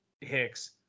Hicks